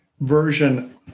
version